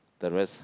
the rest